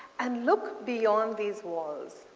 and look beyond these walls.